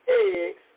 eggs